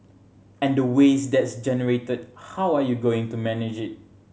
and the waste that's generated how are you going to manage it